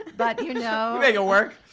but, you know. make it work!